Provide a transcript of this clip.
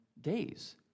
days